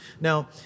Now